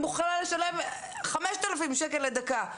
אני מוכנה לשלם 5,000 שקל לדקה,